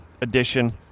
Edition